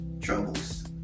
troubles